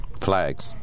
flags